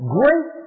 great